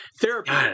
Therapy